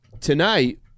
tonight